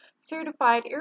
certified